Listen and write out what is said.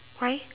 why